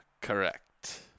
Correct